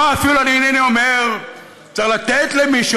פה אפילו אינני אומר שצריך לתת למישהו,